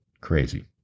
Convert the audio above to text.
Crazy